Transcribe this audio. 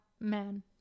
man